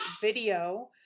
video